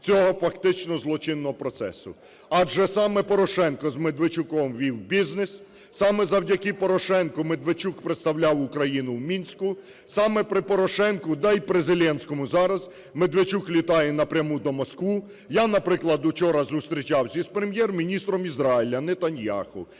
цього фактично злочинного процесу. Адже саме Порошенко з Медведчуком вів бізнес. Саме завдяки Порошенку Медведчук представляв Україну в Мінську. Саме при Порошенку, та і при Зеленському зараз, Медведчук літає напряму до Москви. Я, наприклад, учора зустрічався із Прем'єр-міністром Ізраїлю Нетаньягу.